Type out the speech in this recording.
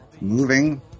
moving